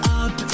up